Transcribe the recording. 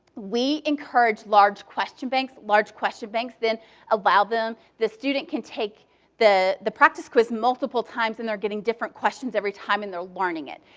we encourage large question banks. large question banks then allow them the student can take the the practice quiz multiple times and they're getting different questions every time, and they're learning it.